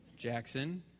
Jackson